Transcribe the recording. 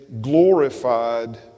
glorified